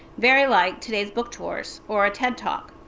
very like today's book tours or a ted talk.